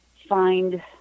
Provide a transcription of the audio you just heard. find